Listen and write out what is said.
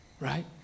right